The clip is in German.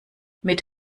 mit